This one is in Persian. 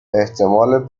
احتمال